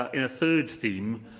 ah in a third theme,